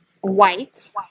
white